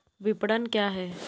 विपणन क्या है?